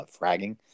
fragging